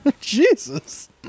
Jesus